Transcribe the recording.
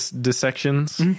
dissections